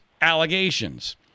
allegations